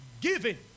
giving